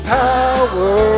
power